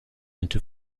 into